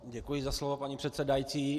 Děkuji za slovo, paní předsedající.